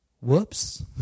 Whoops